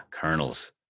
kernels